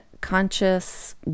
conscious